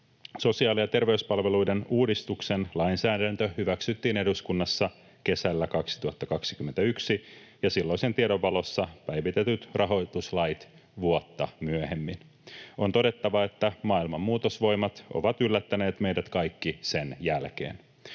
Sosiaali- ja terveyspalveluiden uudistuksen lainsäädäntö hyväksyttiin eduskunnassa kesällä 2021 ja silloisen tiedon valossa päivitetyt rahoituslait vuotta myöhemmin. On todettava, että maailman muutosvoimat ovat yllättäneet meidät kaikki sen jälkeen.